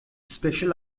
special